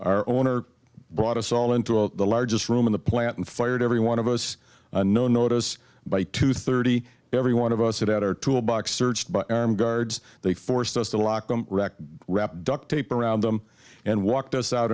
our own or brought us all into all the largest room in the plant and fired every one of us no notice by two thirty every one of us that outer tool box searched by armed guards they forced us to lock them wrapped duct tape around them and walked us out